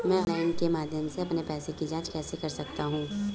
मैं ऑनलाइन के माध्यम से अपने पैसे की जाँच कैसे कर सकता हूँ?